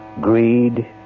Greed